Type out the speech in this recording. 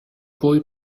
boy